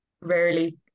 rarely